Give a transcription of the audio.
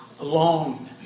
alone